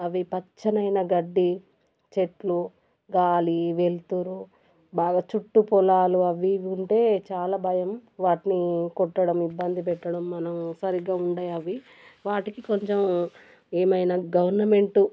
అవి పచ్చనైన గడ్డి చెట్లు గాలి వెలుతురు బాగా చుట్టూ పొలాలు అవి ఉంటే చాలా భయం వాటిని కొట్టడం ఇబ్బంది పెట్టడం మనం సరిగ్గా ఉండవు అవి వాటికి కొంచెం ఏమైనా గవర్నమెంటు